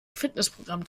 fitnessprogramm